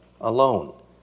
Alone